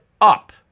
up